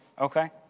Okay